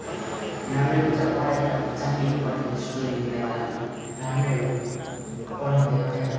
राम्रै हुन्छ पढाइ त ज पनि पढ्ने स्टुडेनलाई त राम्रै हो पढ्नु त एउटै हो